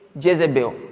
Jezebel